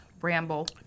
ramble